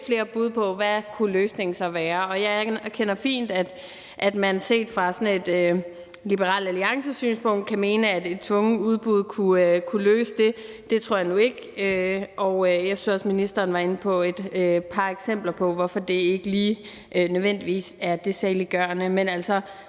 flere bud på, hvad løsningen kan være. Jeg anerkender, at man set fra sådan et Liberal Alliance-synspunkt kan mene, at et tvungent udbud kunne løse det. Det tror jeg nu ikke, og ministeren var også inde på et par eksempler på, hvorfor det ikke nødvendigvis lige er det saliggørende. Men